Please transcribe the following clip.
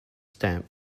stamp